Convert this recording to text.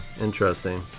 Interesting